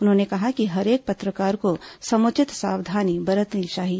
उन्होंने कहा कि हर एक पत्रकार को समुचित सावधानी बरतनी चाहिए